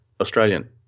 Australian